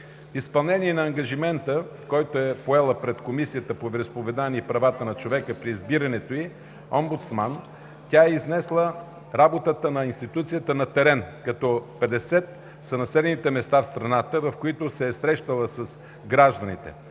изпълнение на ангажимента, който е поела пред Комисията по вероизповеданията и правата на човека при избирането ѝ за омбудсман, тя е изнесла работата на институцията на терен, като 50 са населените места в страната, в които се е срещнала с гражданите,